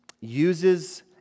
uses